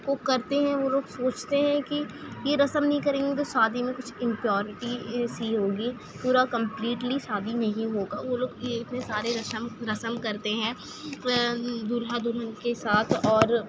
کو کرتے ہیں وہ لوگ سوچتے ہیں کہ یہ رسم نہیں کریں گے تو شادی میں کچھ امپیورٹی سی ہوگی پورا کمپلیٹلی شادی نہیں ہوگا وہ لوگ یہ اتنے سارے رشم رسم کرتے ہیں دولہا دلہن کے ساتھ اور